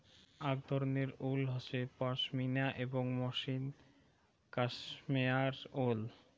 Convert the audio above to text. আক ধরণের উল হসে পশমিনা এবং মসৃণ কাশ্মেয়ার উল